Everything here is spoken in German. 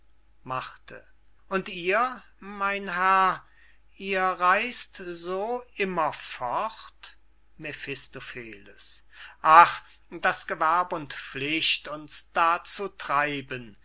vorüber und ihr mein herr ihr reis't so immer fort mephistopheles ach daß gewerb und pflicht uns dazu treiben